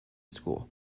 school